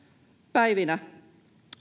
päivinä